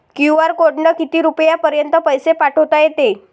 QR कोडनं किती रुपयापर्यंत पैसे पाठोता येते?